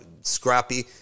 scrappy